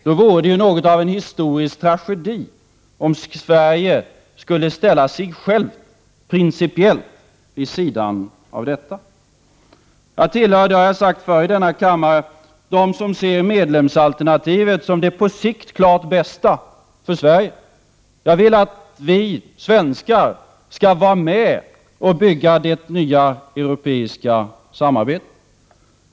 Då vore det ju något av en historisk tragedi om Sverige skulle ställa sig självt principiellt vid sidan av detta. Jag tillhör — och det har jag sagt förr i den här kammaren — dem som ser medlemsalternativet som det på sikt klart bästa för Sverige. Jag vill att vi svenskar skall vara med och bygga det nya Europasamarbetet.